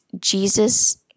jesus